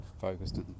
focused